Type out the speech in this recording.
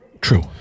True